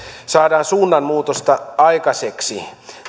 suunnanmuutosta aikaiseksi